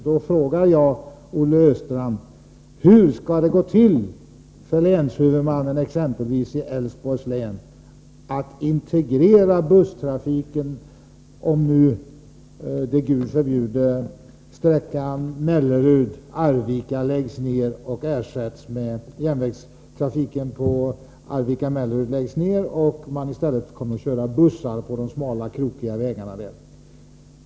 Då frågar jag Olle Östrand: Hur skall det gå till för länshuvudmännen exempelvis i Älvsborgs län att integrera busstrafiken, om — det Gud förbjude — järnvägstrafiken på sträckan Mellerud-Arvika läggs ned och man i stället kommer att köra med bussar på de smala och krokiga vägarna där?